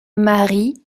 marie